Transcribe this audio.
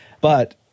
But-